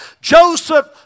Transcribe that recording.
Joseph